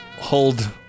hold